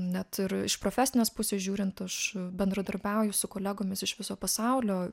net ir iš profesinės pusės žiūrint aš bendradarbiauju su kolegomis iš viso pasaulio